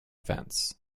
events